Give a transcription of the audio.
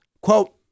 Quote